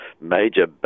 major